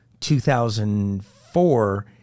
2004